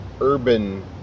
urban